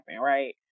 right